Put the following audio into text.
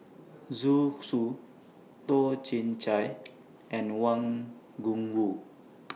Zhu Xu Toh Chin Chye and Wang Gungwu